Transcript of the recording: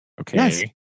Okay